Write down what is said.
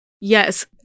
Yes